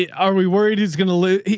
yeah are we worried? he's going to lose,